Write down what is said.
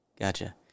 Gotcha